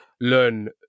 learn